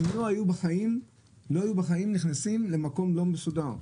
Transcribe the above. הם לא היו בחיים נכנסים למקום לא מסודר.